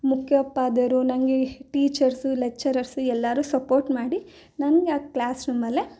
ಮುಖ್ಯೋಪಾಧ್ಯಾಯರು ನನಗೆ teachers lecturers ಎಲ್ಲರೂ support ಮಾಡಿ ನನಗೆ ಆ ಕ್ಲಾಸ್ ರೂಮಲ್ಲೇ